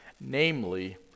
namely